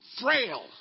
frail